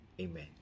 Amen